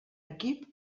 equip